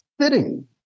sitting